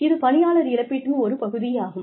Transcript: இது பணியாளர் இழப்பீட்டின் ஒரு பகுதியாகும்